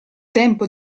tempo